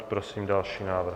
Prosím další návrh.